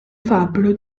fabbro